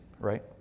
right